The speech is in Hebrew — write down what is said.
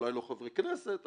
אולי לא חברי כנסת,